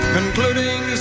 Concluding